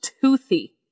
toothy